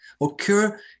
occur